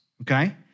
okay